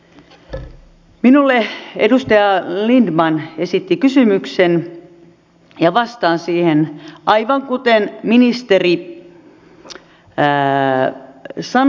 minulle edustaja lindtman esitti kysymyksen ja vastaan siihen aivan kuten ministeri sanoi tässä